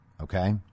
okay